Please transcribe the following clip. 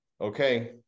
okay